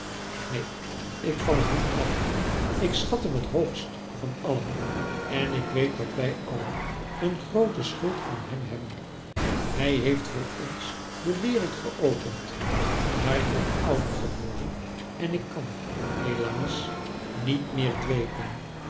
neen ik val hem niet af ik schat hem het hoogst van allen en ik weet dat wij allen een groote schuld aan hem hebben hij heeft voor ons de wereld geopend maar ik ben ouder geworden en ik kan helaas niet meer dwepen